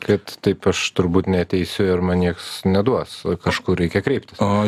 kad taip aš turbūt neateisiu ir man nieks neduos kažkur reikia kreiptis